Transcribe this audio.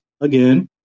again